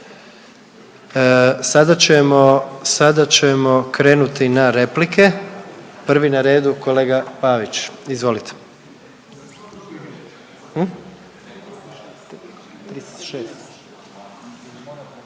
sada ćemo krenuti na replike, prvi na redu kolega Pavić. Izvolite.